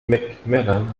mcmillan